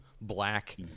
black